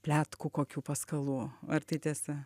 pletkų kokių paskalų ar tai tiesa